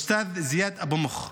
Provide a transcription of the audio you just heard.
זיאד אבו מוך.